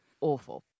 Awful